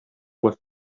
was